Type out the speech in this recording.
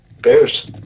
bears